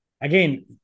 Again